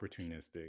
opportunistic